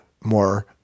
more